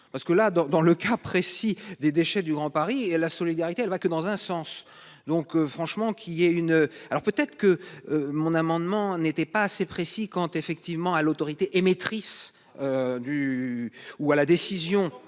parce que là dans, dans le cas précis des déchets du Grand Paris et la solidarité, elle va que dans un sens donc franchement qu'il y ait une alors peut-être que mon amendement n'était pas assez précis quand effectivement à l'autorité émettrice. Du ou à la décision